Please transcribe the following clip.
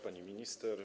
Pani Minister!